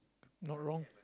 not wrong